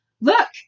look